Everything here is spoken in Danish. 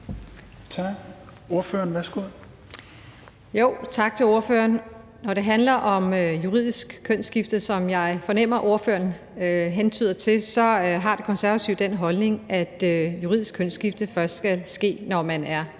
Bergman (KF): Jo, og tak til ordføreren. Når det handler om juridisk kønsskifte, som jeg fornemmer ordføreren hentyder til, så har De Konservative den holdning, at juridisk kønsskifte først skal ske, når man er